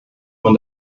man